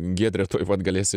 giedre tuoj pat galėsi